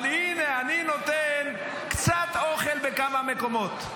אבל הינה, אני נותן קצת אוכל בכמה מקומות.